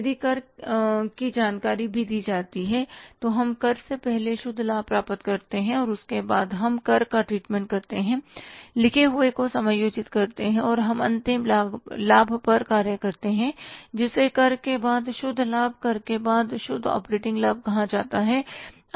यदि कर की जानकारी भी दी जाती है तो हम कर से पहले शुद्ध लाभ प्राप्त करते हैं और उसके बाद हम कर का ट्रीटमेंट करते हैं लिखे हुए को समायोजित करते हैं और हम अंतिम लाभ पर कार्य करते हैं जिसे कर के बाद शुद्ध लाभ कर के बाद शुद्ध ऑपरेटिंगलाभ कहा जाता है